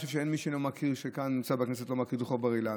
ואני חושב שאין מי שנמצא כאן בכנסת ולא מכיר את רחוב בר-אילן.